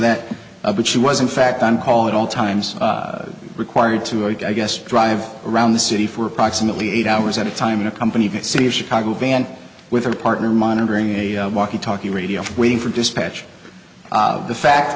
that but she was in fact on call at all times required to i guess drive around the city for approximately eight hours at a time in a company you can see chicago a van with her partner monitoring a walkie talkie radio waiting for dispatch the fact